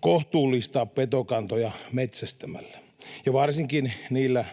kohtuullistaa petokantoja metsästämällä ja varsinkin niillä